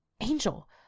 Angel